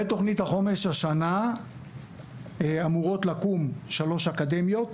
בתוכנית החומש השנה אמורות לקום שלוש אקדמיות.